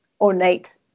Ornate